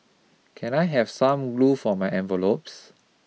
can I have some glue for my envelopes